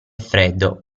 freddo